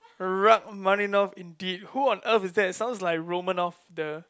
Rachmaninoff indeed who on earth is that it sounds like Romanoff the